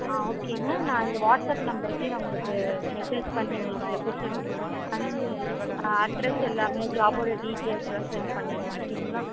ஆ ஓகேங்க நான் இந்த வாட்ஸ்அப் நம்பருக்கே நான் உங்களுக்கு மெசேஜ் பண்ணி உங்களுக்கு சில கொஷ்டீன்ஸ் அண்டு அட்ரஸ் எல்லாமே ஜாபோடய டீடெயில்ஸ் எல்லாம் செண்ட் பண்ணிடுறேன் ஓகேங்களா